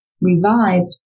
Revived